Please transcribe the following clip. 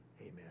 Amen